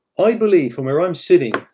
i believe, from where i'm sitting,